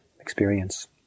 experience